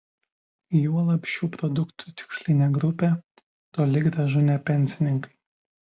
juolab šių produktų tikslinė grupė toli gražu ne pensininkai